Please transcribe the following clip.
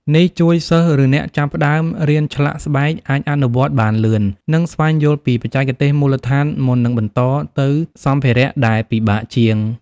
នេះជួយសិស្ស ឬអ្នកចាប់ផ្ដើមរៀនឆ្លាក់ស្បែកអាចអនុវត្តបានលឿន និងស្វែងយល់ពីបច្ចេកទេសមូលដ្ឋានមុននឹងបន្តទៅសម្ភារៈដែលពិបាកជាង។